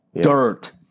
dirt